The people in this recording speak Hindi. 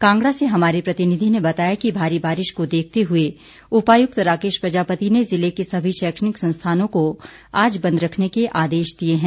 कांगड़ा से हमारे प्रतिनिधि ने बताया कि भारी बारिश को देखते हुए उपायुक्त राकेश प्रजापति ने जिले के सभी शैक्षणिक संस्थानों को आज बंद रखने के आदेश दिए हैं